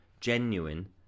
genuine